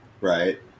Right